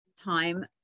time